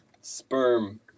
sperm